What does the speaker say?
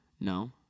no